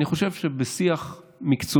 אני חושב שבשיח מקצועי,